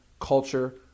culture